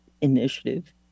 Initiative